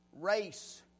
race